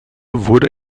wurde